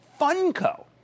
Funco